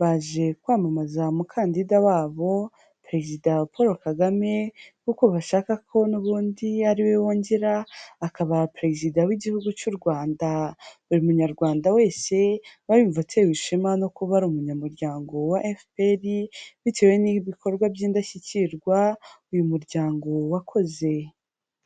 baje kwamamaza umukandida wabo perezida Paul KAGAME kuko bashaka ko n'ubundi ari we wongera akaba perezida w'Igihugu cy'u Rwanda. Buri munyarwanda wese aba yumva atewe ishema no kuba ari umunyamuryango wa FPR, bitewe n'ibikorwa by'indashyikirwa uyu muryango wakoze.